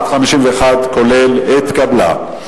51 כולל, התקבלה.